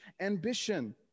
ambition